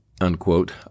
unquote